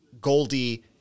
Goldie